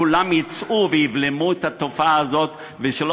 שכולם יצאו ויבלמו את התופעה הזאת ושלא